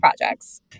projects